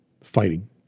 fighting